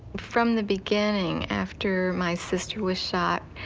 from the beginning after my sister was shot,